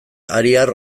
ariar